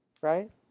Right